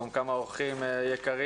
יש איתנו גם כמה אורחים יקרים,